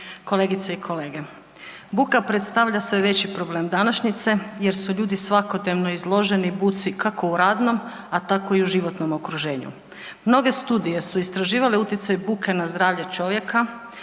kolegice i kolege, buka predstavlja sve veći problem današnjice jer su ljudi svakodnevno izloženi budi kako u radnom, a tako i u životnom okruženju. Mnoge studije su istraživale utjecaj buke na zdravlje čovjeka,